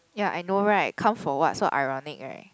ya I know right come for what so ironic right